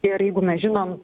ir jeigu mes žinom